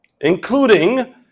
including